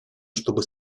чтобы